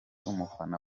umufana